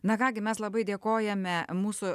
na ką gi mes labai dėkojame mūsų